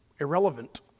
Irrelevant